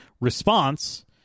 response